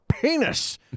Penis